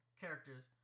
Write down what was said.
characters